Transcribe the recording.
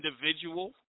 individual